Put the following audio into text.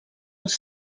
els